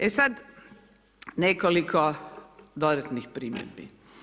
E sad, nekoliko dodatnih primjedbi.